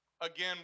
again